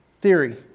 theory